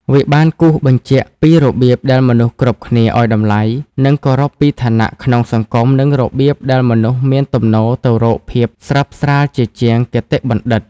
វាបានគូសបញ្ជាក់ពីរបៀបដែលមនុស្សគ្រប់គ្នាអោយតម្លៃ និងគោរពពីឋានៈក្នុងសង្គម និងរបៀបដែលមនុស្សមានទំនោរទៅរកភាពស្រើបស្រាលជាជាងគតិបណ្ឌិត។